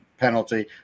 penalty